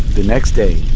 the next day,